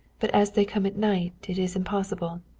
but as they come at night it is impossible.